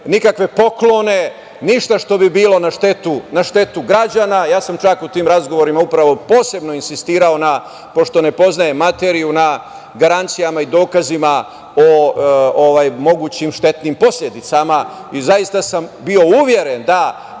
nikakve poklone, ništa što bi bilo na štetu građana. Ja sam čak u tim razgovorima posebno insistirao, pošto ne poznajem materiju, na garancijama i dokazima o mogućim štetnim posledicama i zaista sam bio uveren da